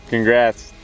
Congrats